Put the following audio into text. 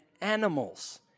animals